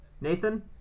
Nathan